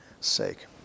sake